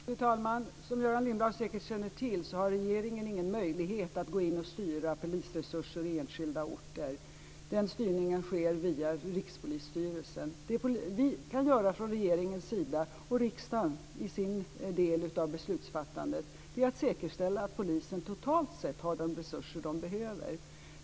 Fru talman! Som Göran Lindblad säkert känner till har regeringen ingen möjlighet att styra polisresurser på enskilda orter. Den styrningen sker via Rikspolisstyrelsen. Det vi från regeringens sida kan göra, och riksdagen i sin del av beslutsfattandet, är att säkerställa att polisen totalt sett har de resurser de behöver.